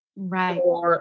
Right